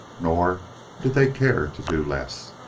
nor did they care to do less.